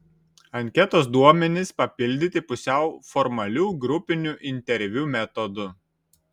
anketos duomenys papildyti pusiau formalių grupinių interviu metodu